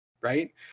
right